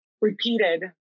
repeated